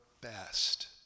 best